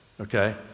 okay